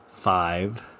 Five